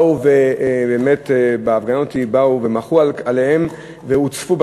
באו באמת בהפגנות ומחו עליהם, והם הוצפו.